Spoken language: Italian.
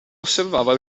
osservava